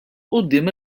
quddiem